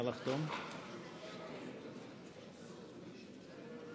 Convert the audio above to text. (חותמת על ההצהרה)